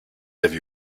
avait